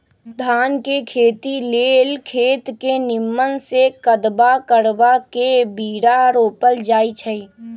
धान के खेती लेल खेत के निम्मन से कदबा करबा के बीरा रोपल जाई छइ